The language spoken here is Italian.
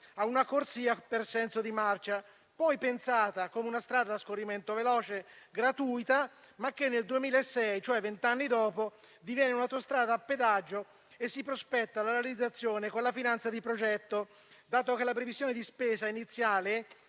a una corsia per senso di marcia, poi pensata come una strada a scorrimento veloce gratuita, ma che nel 2006, cioè vent'anni dopo, diviene un'autostrada a pedaggio e se ne prospetta la realizzazione con la finanza di progetto, dato che la previsione di spesa iniziale